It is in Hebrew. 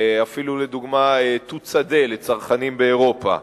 אפילו, לדוגמה, תות שדה לצרכנים באירופה.